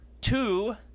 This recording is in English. two